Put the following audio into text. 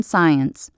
Science